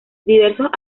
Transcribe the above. diversos